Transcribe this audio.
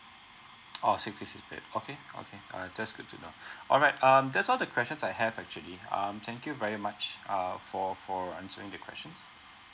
oh six day is paid okay okay uh that's good to know alright um that's all the questions I have actually um thank you very much (rre) for for answering the questions